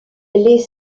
les